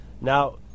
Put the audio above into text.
Now